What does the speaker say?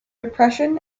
depression